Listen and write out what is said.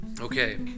Okay